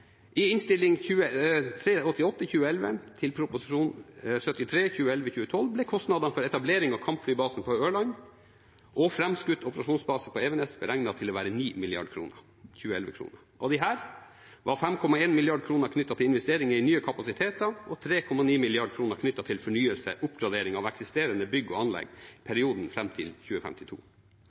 til Prop. 73 S for 2011–2012 ble kostnadene for etablering av kampflybasen på Ørland og framskutt operasjonsbase på Evenes beregnet til å være 9 mrd. kr i 2011-kroner. Av disse var 5,1 mrd. kr knyttet til investeringer i nye kapasiteter og 3,9 mrd. kr knyttet til fornyelse/oppgradering av eksisterende bygg og anlegg i perioden fram til 2052.